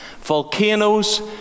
volcanoes